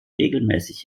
regelmäßig